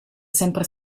sempre